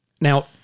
Now